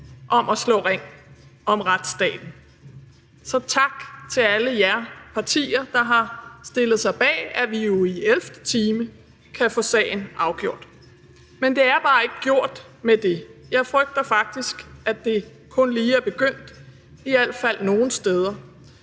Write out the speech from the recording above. om at slå ring om retsstaten. Så tak til alle jer partier, der har stillet jer bag, at vi jo i ellevte time kan få sagen afgjort. Men det er bare ikke gjort med det. Jeg frygter faktisk, at det kun lige er begyndt, i al fald nogle steder.